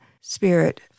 spirit